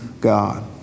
God